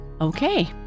Okay